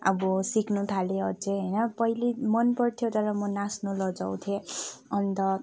अब सिक्नु थालेँ अझै होइन पहिला मनपर्थ्यो तर म नाच्न लजाउँथे अन्त